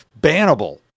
bannable